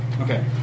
Okay